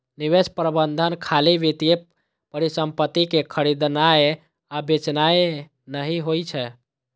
निवेश प्रबंधन खाली वित्तीय परिसंपत्ति कें खरीदनाय आ बेचनाय नहि होइ छै